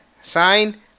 sign